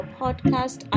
podcast